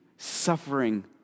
suffering